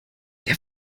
der